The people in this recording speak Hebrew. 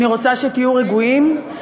אני רוצה שתהיו רגועים,